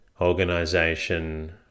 organization